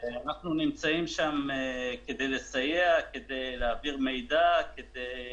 אנחנו נמצאים שם כדי לסייע, כדי להעביר מידע, כדי